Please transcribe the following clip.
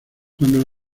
cuando